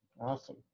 Awesome